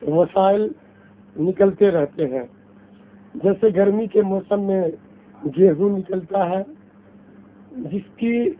وسائل نکلتے رہتے ہیں جیسے گرمی کے موسم میں گیہوں نکلتا ہے جس کی